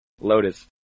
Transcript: Lotus